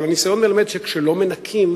אבל הניסיון מלמד שכשלא מנקים